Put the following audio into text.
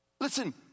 Listen